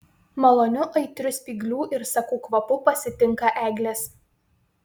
maloniu aitriu spyglių ir sakų kvapu pasitinka eglės